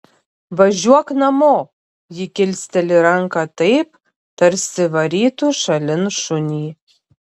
važiuok namo ji kilsteli ranką taip tarsi varytų šalin šunį